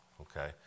okay